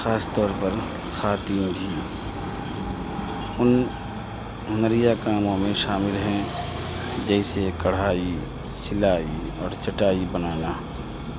خاص طور پر خواتین بھی ان ہنریا کاموں میں شامل ہیں جیسے کڑھائی سلائی اور چٹائی بنانا